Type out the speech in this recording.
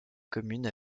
commune